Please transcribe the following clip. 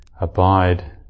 abide